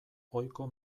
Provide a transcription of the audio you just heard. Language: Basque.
ohiko